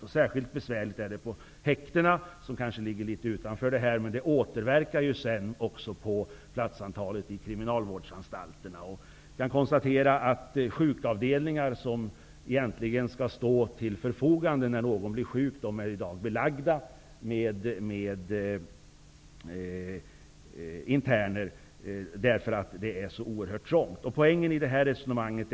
Det är särskilt besvärligt på häktena, vilket kanske ligger litet utanför den här diskussionen, men detta återverkar ju sedan också på platsbeläggningen ute på kriminalvårdsanstalterna. Sjukavdelningar, som egentligen skall stå till förfogande om någon blir sjuk, är i dag belagda med interner, därför att det är så oerhört trångt på fängelserna.